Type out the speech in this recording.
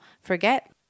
Forget